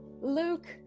luke